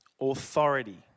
authority